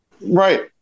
Right